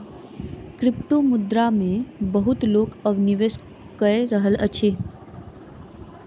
क्रिप्टोमुद्रा मे बहुत लोक अब निवेश कय रहल अछि